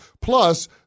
Plus